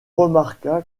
remarqua